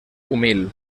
humil